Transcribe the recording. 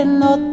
no